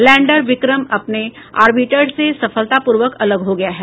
lander Vikram अपने orbiter से सफलतापूर्वक अलग हो गया है